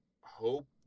hope